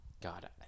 God